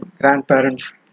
grandparents